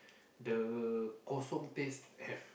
the kosong taste have